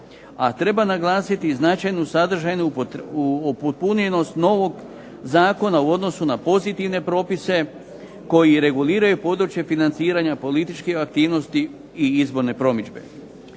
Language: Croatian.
a treba naglasiti značajnu sadržajnu upotpunjenost novog zakona u odnosu na pozitivne propise koji reguliraju područje financiranje političkih aktivnosti i izborne promidžbe.